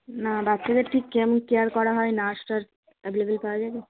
না বাচ্চাদের ঠিক কেমন কেয়ার করা হয় নার্স টাস অ্যাভেলেবল পাওয়া যাবে